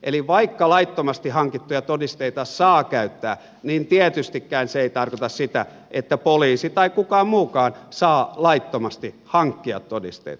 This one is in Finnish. eli vaikka laittomasti hankittuja todisteita saa käyttää niin tietystikään se ei tarkoita sitä että poliisi tai kukaan mukaan saa laittomasti hankkia todisteita